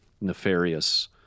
nefarious